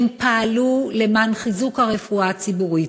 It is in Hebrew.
הם פעלו למען חיזוק הרפואה הציבורית,